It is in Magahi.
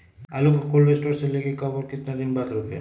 आलु को कोल शटोर से ले के कब और कितना दिन बाद रोपे?